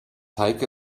heike